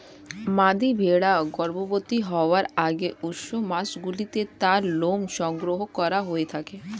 মাদী ভেড়া গর্ভবতী হওয়ার আগে উষ্ণ মাসগুলিতে তার লোম সংগ্রহ করা হয়ে থাকে